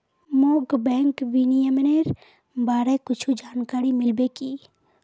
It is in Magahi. मोक बैंक विनियमनेर बारे कुछु जानकारी मिल्बे की